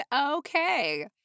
okay